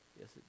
Yes